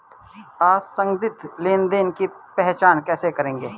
आप संदिग्ध लेनदेन की पहचान कैसे करेंगे?